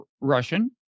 Russian